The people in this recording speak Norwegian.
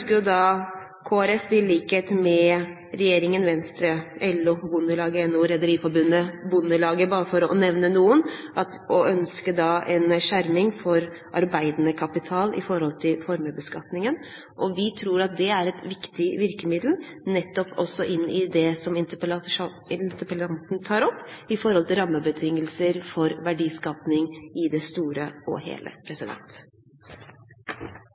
i likhet med regjeringen, Venstre, LO, Bondelaget, Rederiforbundet, bare for å nevne noen, en skjerming for arbeidende kapital når det gjelder formuesbeskatningen. Vi tror det er et viktig virkemiddel nettopp det som interpellanten tar opp om rammebetingelser for verdiskapingen, i det store og hele.